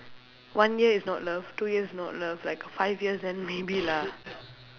one year is not love two years is not love like five years then maybe lah